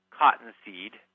cottonseed